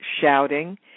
shouting